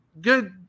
good